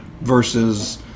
versus